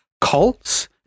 cults